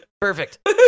Perfect